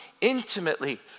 intimately